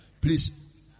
please